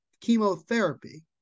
chemotherapy